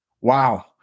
Wow